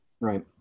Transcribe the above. Right